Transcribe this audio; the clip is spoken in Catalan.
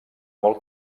molt